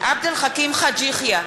עבד אל חכים חאג' יחיא,